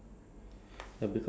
cause it's like uh